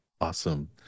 Awesome